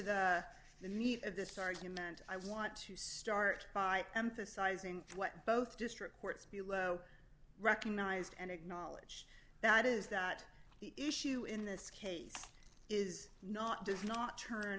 the meat of this argument i want to start by emphasizing what both district courts below recognized and acknowledge that is that the issue in this case is not does not turn